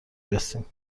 رسیم